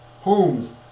homes